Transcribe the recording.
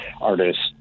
artists